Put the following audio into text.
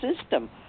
system